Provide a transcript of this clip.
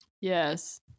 Yes